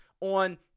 on